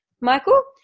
Michael